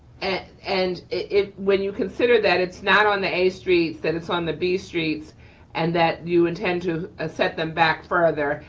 and and when you consider that it's not on the a streets, that it's on the b streets and that you intend to ah set them back further,